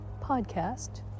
podcast